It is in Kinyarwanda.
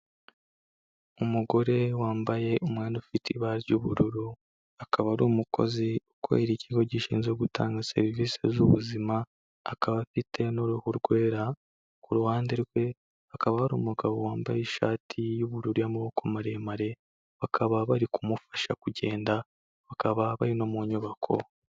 Umugore wambaye umwenda ufite ibara ry'ubururu. Akaba ari umukozi ukorera ikigo gishinzwe gutanga serivisi z'ubuzima. Akaba afite n'uruhu rwera. Ku ruhande rwe hakaba hari umugabo wambaye ishati y'ubururu y'amaboko maremare. Bakaba barikumufasha kugenda. Bakaba bari no mu nyubako.